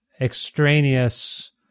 extraneous